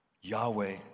Yahweh